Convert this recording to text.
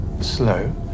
Slow